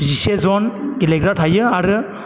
जिसे जन गेलेग्रा थायो आरो